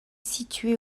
située